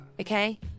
Okay